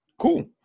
Cool